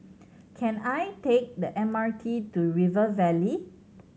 can I take the M R T to River Valley